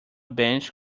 bench